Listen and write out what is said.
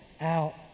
out